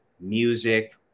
music